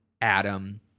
Adam